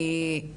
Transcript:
אני לא